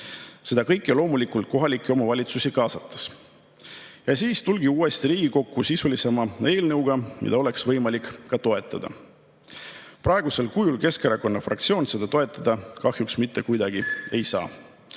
seda kõike loomulikult kohalikke omavalitsusi kaasates. Ning siis tulge uuesti Riigikokku sisulisema eelnõuga, mida oleks võimalik ka toetada. Praegusel kujul Keskerakonna fraktsioon seda toetada kahjuks mitte kuidagi ei saa.